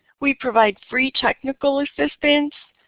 we provide free technical assistance.